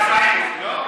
לא,